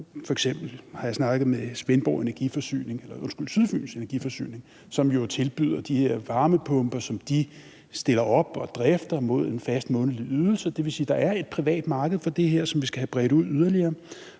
F.eks. har jeg snakket med Sydfyns energiforsyning, som jo tilbyder de her varmepumper, som de stiller op og drifter mod en fast månedlig ydelse. Det vil sige, at der er et privat marked for det her, som vi skal have bredt yderligere